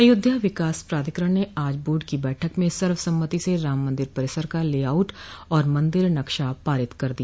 अयोध्या विकास प्राधिकरण ने आज बोर्ड की बैठक में सर्वसम्मति से राम मंदिर परिसर का ले आउट और मंदिर का नक्शा पारित कर दिया